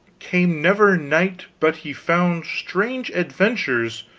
came never knight but he found strange adventures,